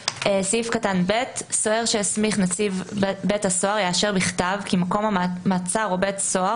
סוהר שהסמיך נציב בתי הסוהר יאשר בכתב כי מקום מעצר או בית סוהר